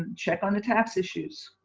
and check on the tax issues.